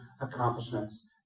accomplishments